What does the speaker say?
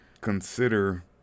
consider